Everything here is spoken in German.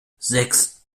sechs